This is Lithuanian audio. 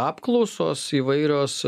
apklausos įvairios